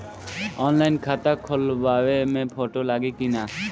Online खाता खोलबाबे मे फोटो लागि कि ना?